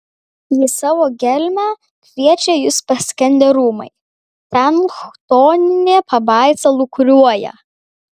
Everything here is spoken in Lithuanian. į savo gelmę kviečia jus paskendę rūmai ten chtoninė pabaisa lūkuriuoja